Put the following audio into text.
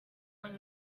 when